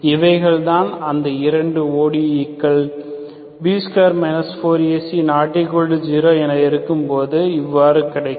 இவைகள் தான் அந்த இரண்டு ODEs B2 4AC≠0 என இருக்கும்போது இவ்வாறு கிடைக்கும்